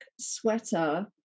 sweater